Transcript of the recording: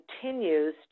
continues